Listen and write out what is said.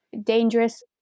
dangerous